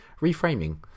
Reframing